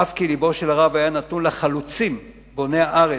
אף כי לבו של הרב היה נתון לחלוצים בוני הארץ,